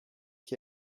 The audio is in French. qui